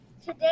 Today